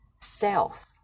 self